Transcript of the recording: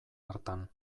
hartan